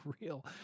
real